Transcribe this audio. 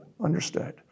understood